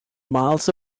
miles